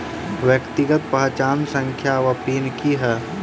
व्यक्तिगत पहचान संख्या वा पिन की है?